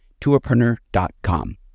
tourpreneur.com